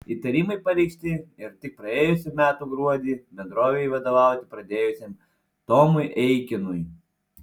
įtarimai pareikšti ir tik praėjusių metų gruodį bendrovei vadovauti pradėjusiam tomui eikinui